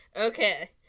Okay